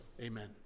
amen